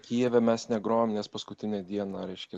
kijeve mes negrojam nes paskutinę dieną reiškia